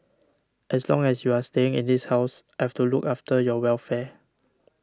as long as you are staying in this house I've to look after your welfare